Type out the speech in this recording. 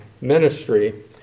ministry